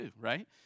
right